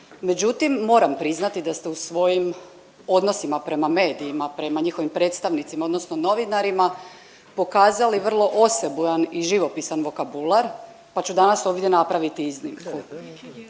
međutim moram priznati da ste u svojim odnosima prema medijima, prema njihovim predstavnicima odnosno novinarima pokazali vrlo osebujan i živopisan vokabular, pa ću danas ovdje napraviti iznimku.